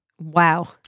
Wow